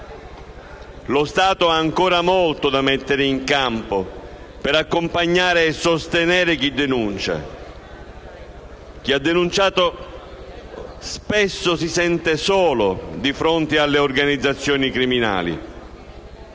Lo Stato ha ancora molto da mettere in campo per accompagnare e sostenere chi denuncia. Chi ha denunciato spesso si sente solo di fronte alle organizzazioni criminali.